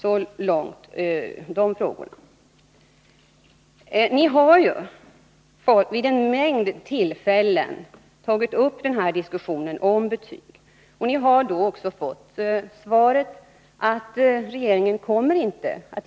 Så långt dessa frågor. Ni har vid en mängd tillfällen tagit upp denna diskussion om betyg, och ni har då fått svaret att regeringen inte kommer att